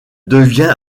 devient